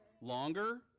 Longer